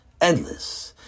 endless